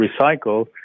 recycle